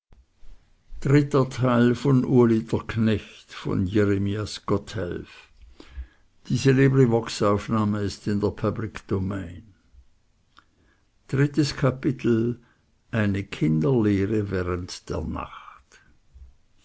meister haben drittes kapitel eine kinderlehre während der nacht